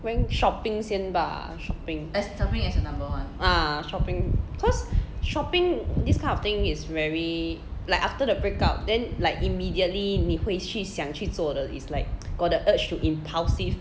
rank shopping 先 bah shopping ah shopping cause shopping this kind of thing is very like after the breakup then like immediately 你会去想去做的 is like got the urge to impulsive